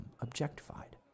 objectified